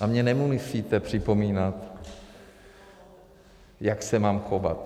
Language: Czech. A mně nemusíte připomínat, jak se mám chovat.